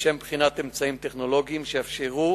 לשם בחינת אמצעים טכנולוגיים שיאפשרו